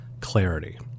clarity